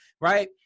right